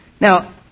Now